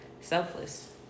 selfless